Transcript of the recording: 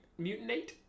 Mutinate